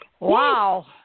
Wow